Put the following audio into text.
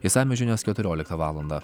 išsamios žinios keturioliktą valandą